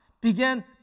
began